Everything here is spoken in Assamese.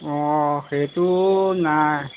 অ সেইটো নাই